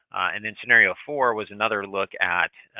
and then, scenario four was another look at